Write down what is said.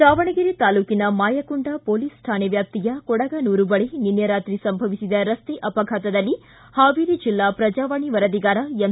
ದಾವಣಗೆರೆ ತಾಲೊಕಿನ ಮಾಯಕೊಂಡ ಪೊಲೀಸ್ ಕಾಣೆ ವ್ಯಾಪ್ತಿಯ ಕೊಡಗನೂರು ಬಳಿ ನಿನ್ನೆ ರಾತ್ರಿ ಸಂಭವಿಸಿದ ರಸ್ತೆ ಅಪಘಾತದಲ್ಲಿ ಹಾವೇರಿ ಜಿಲ್ಡಾ ಪ್ರಜಾವಾಣಿ ವರದಿಗಾರ ಎಂ